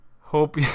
Hope